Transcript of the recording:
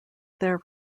their